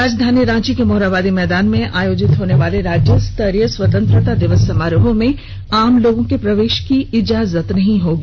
राजधानी रांची के मोरहाबादी मैदान में आयोजित होने वाले राज्य स्तरीय स्वतंत्रता दिवस समारोह में आम लोगों के प्रवेश की इजाजत नहीं होगी